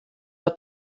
der